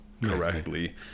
correctly